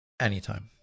Anytime